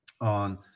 on